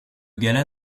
gala